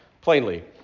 plainly